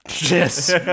Yes